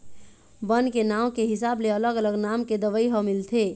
बन के नांव के हिसाब ले अलग अलग नाम के दवई ह मिलथे